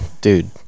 dude